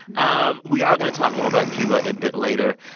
um we are going to talk more about cuba a bit later.